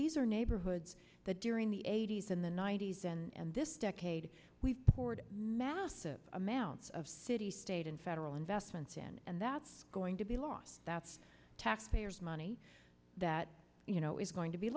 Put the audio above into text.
these are neighborhoods that during the eighty's in the ninety's and this decade we've poured massive amounts of city state and federal investments in and that's going to be lost that's taxpayers money that you know is going to be